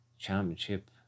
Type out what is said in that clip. Championship